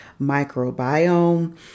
microbiome